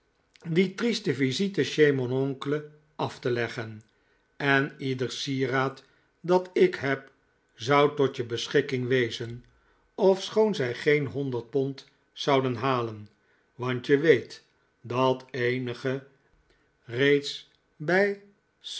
die triste visite chez mon oncle af te leggen en ieder sieraad dat ik heb zou tot je beschikking wezen ofschoon zij geen honderd pond zouden halen want je weet dat eenige reeds bij